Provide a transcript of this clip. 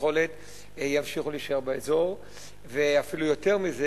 יכולת ימשיכו להישאר באזור ואפילו יותר מזה,